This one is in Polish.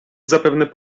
zapewne